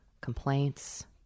complaints